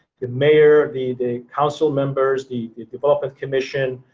the mayor, the the council members, the development commission,